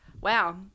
Wow